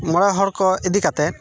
ᱢᱚᱬᱮ ᱦᱚᱲ ᱠᱚ ᱤᱫᱤ ᱠᱟᱛᱮᱫ